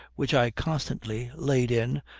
which i constantly laid in,